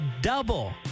double